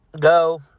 go